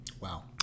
wow